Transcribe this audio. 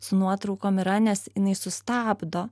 su nuotraukom yra nes jinai sustabdo